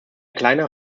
kleiner